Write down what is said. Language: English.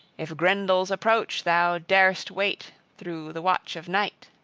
if grendel's approach thou darst await through the watch of night!